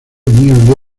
new